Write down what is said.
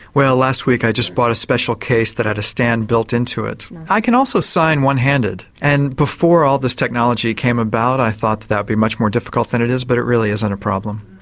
well last week i just bought a special case that had a stand built into it. i can also sign one-handed, and before all this technology came about i thought that would be much more difficult than it is but it really isn't a problem.